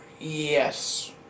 Yes